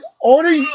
Order